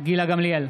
גילה גמליאל,